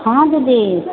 हँ दीदी